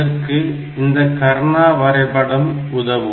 அதற்கு இந்த கர்னா வரைபடம் உதவும்